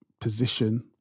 position